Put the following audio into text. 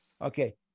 Okay